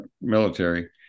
military